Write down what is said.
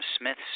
Smith's